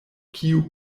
kiu